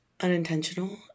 unintentional